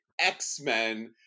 X-Men